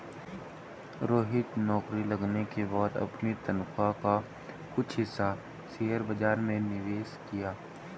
रोहित नौकरी लगने के बाद अपनी तनख्वाह का कुछ हिस्सा शेयर बाजार में निवेश किया